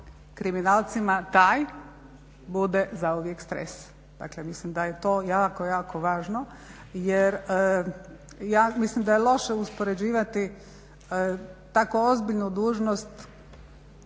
kriminalcima taj bude zauvijek stres. Dakle, mislim da je to jako, jako važno jer ja mislim da je loše uspoređivati tako ozbiljnu dužnost